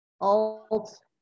Alt